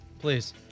Please